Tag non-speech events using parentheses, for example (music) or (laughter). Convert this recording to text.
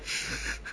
(laughs)